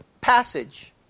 passage